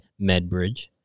Medbridge